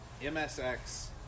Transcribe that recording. MSX